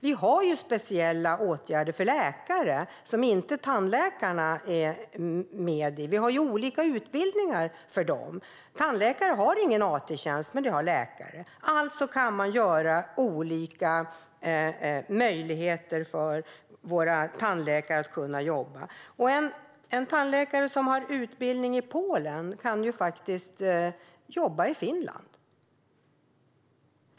Vi har ju speciella åtgärder för läkare som tandläkarna inte är med i - vi har olika utbildningar för dem. Tandläkare har ingen AT-tjänst, men det har läkare. Alltså kan man skapa olika möjligheter för våra tandläkare att kunna jobba. En tandläkare som har utbildning från Polen kan faktiskt jobba i Finland.